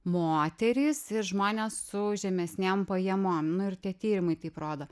moterys ir žmonės su žemesnėm pajamom nu ir tie tyrimai taip rodo